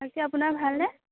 বাকী আপোনাৰ ভালনে